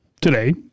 today